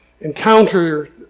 encounter